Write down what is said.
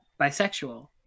bisexual